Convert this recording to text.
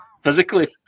Physically